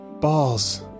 balls